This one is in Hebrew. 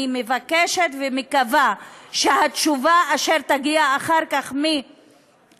אני מבקשת ומקווה שהתשובה אשר תגיע אחר כך ממשרד